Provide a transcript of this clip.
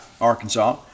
Arkansas